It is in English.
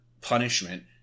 punishment